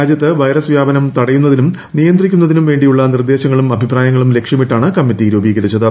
രാജ്യത്ത് വൈറസ് വ്യാപനം തടയുന്നതിനും നിയന്ത്രിക്കുന്നതിനും വേണ്ടിയുള്ള നിർദ്ദേശങ്ങളും അഭിപ്രായങ്ങളും ലക്ഷ്യമിട്ടാണ് കമ്മിറ്റി രൂപീകരിച്ചത്